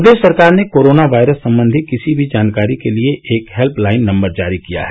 प्रदेश सरकार ने coronavirus सम्बन्धी किसी भी जानकारी के लिये एक हेल्पलाइन नम्बर जारी किया है